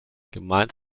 gemeint